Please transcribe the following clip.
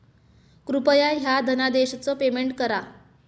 कृपया ह्या धनादेशच पेमेंट करा